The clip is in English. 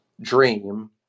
dream